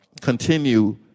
continue